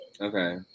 okay